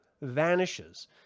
vanishes